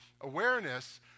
awareness